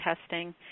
testing